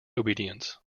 obedience